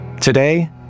Today